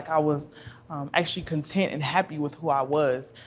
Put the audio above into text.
i was actually content and happy with who i was.